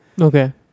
Okay